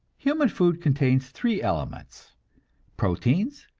human food contains three elements proteins,